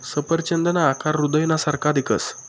सफरचंदना आकार हृदयना सारखा दिखस